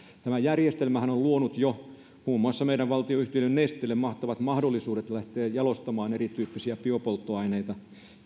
tämä järjestelmähän on on luonut jo muun muassa meidän valtionyhtiö nesteelle mahtavat mahdollisuudet lähteä jalostamaan erityyppisiä biopolttoaineita